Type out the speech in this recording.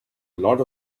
lot